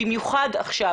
במיוחד עכשיו,